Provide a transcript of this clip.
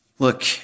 Look